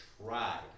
tried